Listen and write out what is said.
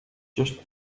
just